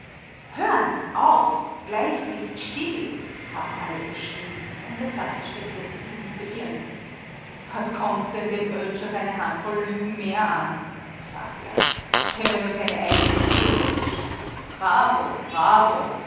hören's auf gleich bist still haben alle geschrien und der safferstätt läßt sich nicht beirren was kommt's denn dem oetsch auf eine handvoll lügen mehr an sagt er wenn er nur seine eigenen spuren verwischt bravo bravo